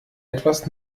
etwas